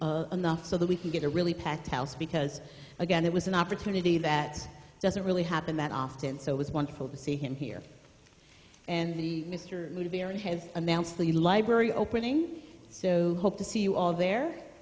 of enough so that we can get a really packed house because again it was an opportunity that doesn't really happen that often so it was wonderful to see him here and mr de vere has announced the library opening so hope to see you all there